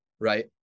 right